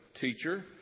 Teacher